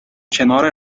کنار